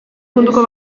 munduko